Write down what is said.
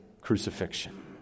crucifixion